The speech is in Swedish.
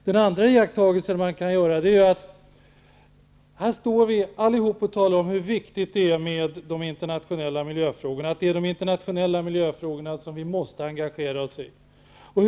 Den andra iakttagelsen man kan göra är att här står vi allihop och talar om hur viktigt det är med internationella miljöfrågorna och att vi måste engagera oss i de internationella miljöfrågorna.